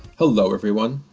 hello, everyone.